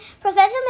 Professor